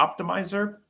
optimizer